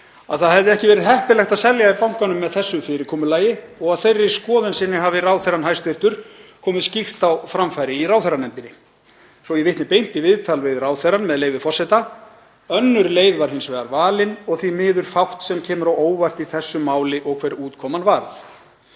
það hefði ekki verið heppilegt að selja í bankanum með þessu fyrirkomulagi og að þeirri skoðun sinni hafi hæstv. ráðherrann komið skýrt á framfæri í ráðherranefndinni. Svo ég vitni beint í viðtal við ráðherrann, með leyfi forseta: „Önnur leið var hins vegar valin og því miður fátt sem kemur á óvart í þessu máli og hver útkoman varð.“